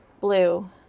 blue